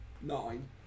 Nine